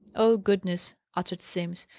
oh, goodness! uttered simms.